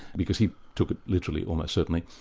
because he took it literally, almost certainly.